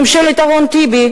ממשלת אורון-טיבי